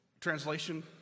translation